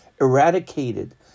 eradicated